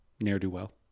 Ne'er-do-well